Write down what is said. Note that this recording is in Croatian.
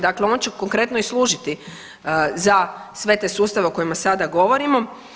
Dakle, on će konkretno i služiti za sve te sustave o kojima sada govorimo.